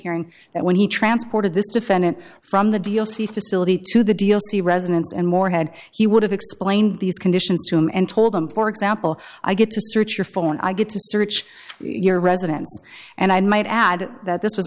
hearing that when he transported this defendant from the d l c facility to the d l c residence and more had he would have explained these conditions to him and told him for example i get to search your phone i get to search your residence and i might add that this was